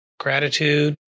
gratitude